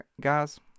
guys